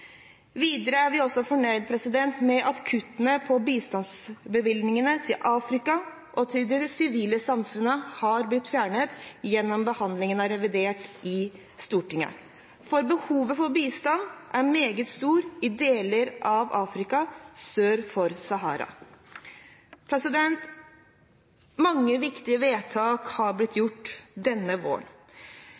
Videre er vi fornøyd med at kuttene i bistandsbevilgningene til Afrika og til det sivile samfunn har blitt fjernet gjennom behandlingen av revidert i Stortinget, for behovet for bistand er meget stort i deler av Afrika sør for Sahara. Mange viktige vedtak er blitt gjort denne våren.